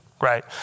right